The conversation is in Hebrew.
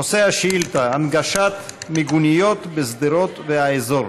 נושא השאילתה, הנגשת מיגוניות בשדרות והאזור.